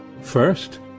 first